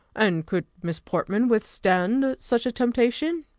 and could miss portman withstand such a temptation?